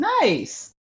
nice